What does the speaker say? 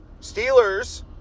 Steelers